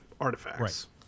artifacts